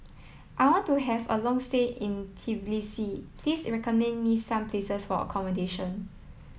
I want to have a long stay in Tbilisi please recommend me some places for accommodation